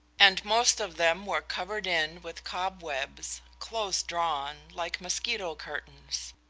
and most of them were covered in with cobwebs, close-drawn like mosquito-curtains.